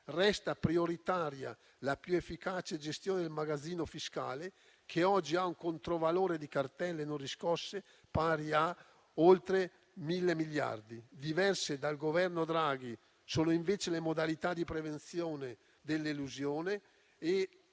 Resta prioritaria la più efficace gestione del magazzino fiscale, che oggi ha un controvalore di cartelle non riscosse pari a oltre 1.000 miliardi. Diverse dal Governo Draghi sono invece le modalità di prevenzione dell'elusione e